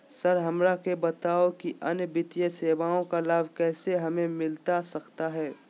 Sir हमरा के बताओ कि अन्य वित्तीय सेवाओं का लाभ कैसे हमें मिलता सकता है?